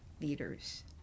leaders